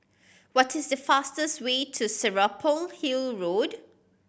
what is the fastest way to Serapong Hill Road